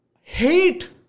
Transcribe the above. hate